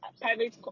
private